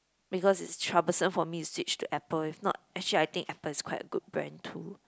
because it's troublesome for me to switch to Apple if not actually I think Apple is quite a good brand too